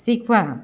શીખવા